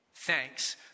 Thanks